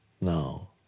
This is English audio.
now